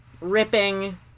ripping